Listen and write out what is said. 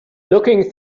looking